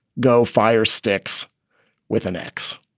go fire sticks with an axe.